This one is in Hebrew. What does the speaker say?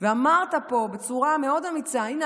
אמרת פה בצורה מאוד אמיצה: הינה,